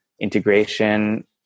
integration